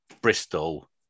Bristol